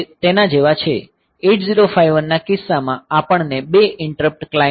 8051 ના કિસ્સામાં આપણને 2 ઈંટરપ્ટ ક્લાયંટ મળ્યા છે